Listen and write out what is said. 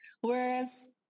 Whereas